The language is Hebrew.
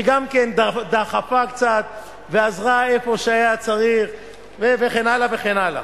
שגם כן דחפה קצת ועזרה איפה שהיה צריך וכן הלאה וכן הלאה.